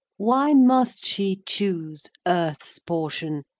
why must she choose earth's portion,